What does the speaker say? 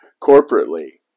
corporately